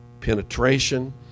penetration